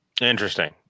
Interesting